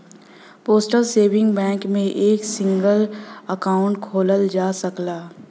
postal saving bank में एक single account खोलल जा सकला